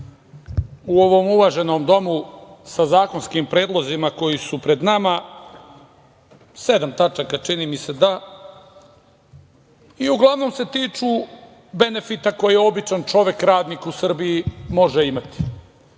u ovom uvaženom domu sa zakonskim predlozima koji su pred nama, sedam tačaka, čini mi se, i uglavnom se tiču benefita koje običan čovek, radnik u Srbiji može imati.